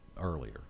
earlier